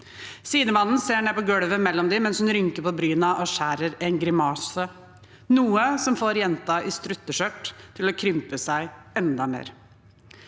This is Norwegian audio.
Sidemannen ser ned på gulvet mellom dem mens hun rynker på brynene og skjærer en grimase, noe som får jenta i strutteskjørt til å krympe seg enda mer.